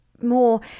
more